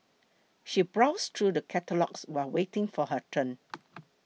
she browsed through the catalogues while waiting for her turn